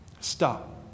Stop